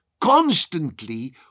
constantly